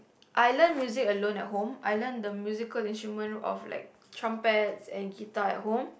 I learn music alone at home I learn the musical instrument of like trumpets and guitar at home